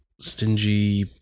stingy